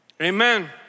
Amen